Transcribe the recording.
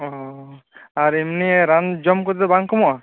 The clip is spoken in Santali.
ᱚᱦ ᱟᱨ ᱮᱢᱱᱤ ᱨᱟᱱ ᱡᱚᱢ ᱠᱟᱛᱮᱫᱚ ᱵᱟᱝ ᱠᱚᱢᱚᱜ ᱟ